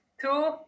two